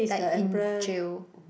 like in jail